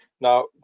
Now